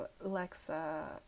alexa